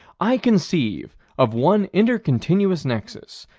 i conceive of one inter-continuous nexus,